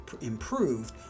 improved